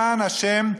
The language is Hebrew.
למען השם,